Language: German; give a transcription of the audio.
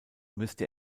müsste